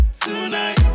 tonight